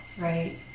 Right